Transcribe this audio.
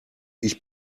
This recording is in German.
ich